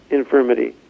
infirmity